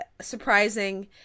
surprising